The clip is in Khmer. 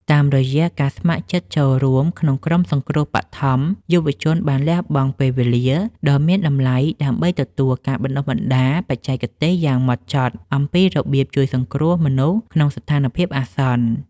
តាមរយៈការស្ម័គ្រចិត្តចូលរួមក្នុងក្រុមសង្គ្រោះបឋម យុវជនបានលះបង់ពេលវេលាដ៏មានតម្លៃដើម្បីទទួលការបណ្ដុះបណ្ដាលបច្ចេកទេសយ៉ាងហ្មត់ចត់ អំពីរបៀបជួយសង្គ្រោះមនុស្សក្នុងស្ថានភាពអាសន្ន។